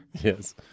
Yes